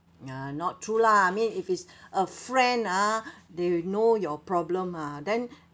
ya not true lah I mean if it's a friend ah they know your problem ah then